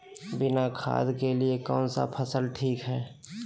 बिना खाद के लिए कौन सी फसल ठीक है?